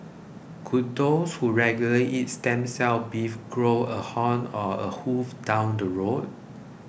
could those who regularly eat stem cell beef grow a horn or a hoof down the road